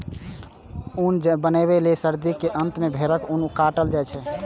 ऊन बनबै लए सर्दी के अंत मे भेड़क ऊन काटल जाइ छै